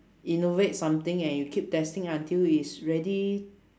innovate something and you keep testing until it's ready